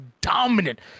dominant